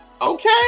okay